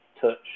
touch